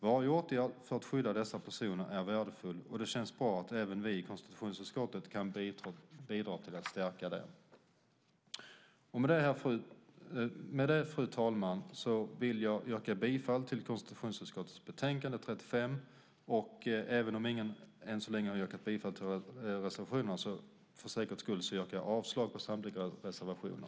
Varje åtgärd för att skydda dessa personer är värdefull, och det känns bra att även vi i konstitutionsutskottet kan bidra till att stärka detta skydd. Med det, fru talman, vill jag yrka bifall till förslaget i konstitutionsutskottets betänkande 35. Även om ingen än så länge har yrkat bifall till reservationerna yrkar jag för säkerhets skull också avslag på samtliga reservationer.